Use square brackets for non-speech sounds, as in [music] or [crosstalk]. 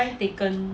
[breath]